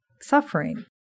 suffering